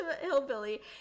Hillbilly